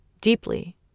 deeply